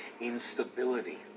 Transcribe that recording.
instability